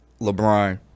LeBron